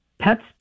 Pets